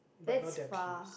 that's far